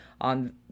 on